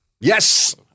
Yes